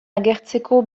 agertzeko